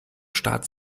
staat